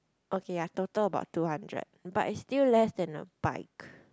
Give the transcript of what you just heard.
okay ya total about two hundred but it's still less than a bike